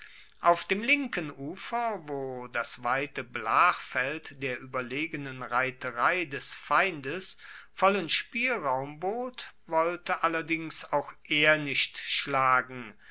auf dem linken ufer wo das weite blachfeld der ueberlegenen reiterei des feindes vollen spielraum bot wollte allerdings auch er nicht schlagen